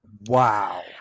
Wow